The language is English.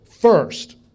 First